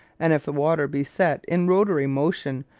and if the water be set in rotary motion,